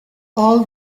all